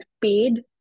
paid